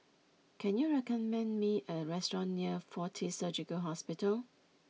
can you recommend me a restaurant near Fortis Surgical Hospital